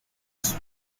sus